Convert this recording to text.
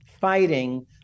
fighting